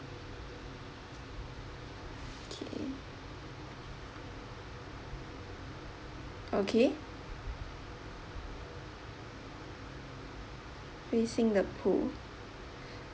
okay okay facing the pool